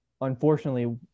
unfortunately